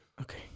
Okay